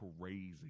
crazy